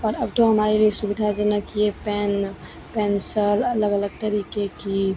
और अब तो हमारे लिए सुविधाजनक यह पेन पेन्सल अलग अलग तरीके की